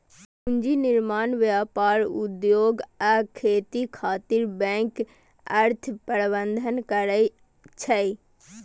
पूंजी निर्माण, व्यापार, उद्योग आ खेती खातिर बैंक अर्थ प्रबंधन करै छै